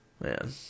Man